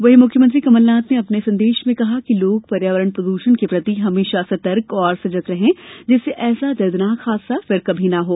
वहीं मुख्यमंत्री कमलनाथ ने अपने संदेश में कहा कि लोग पर्यावरण प्रदूषण के प्रति हमेशा सतर्क और सजग रहे जिससे ऐसा दर्दनाक हादसा फिर कभी न हो